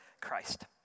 Christ